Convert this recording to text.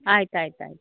ಆಯ್ತು ಆಯ್ತು ಆಯ್ತು